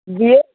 बियो